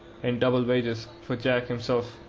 and double wages for jack himself.